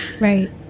right